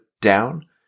down